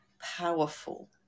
powerful